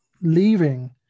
leaving